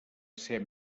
ser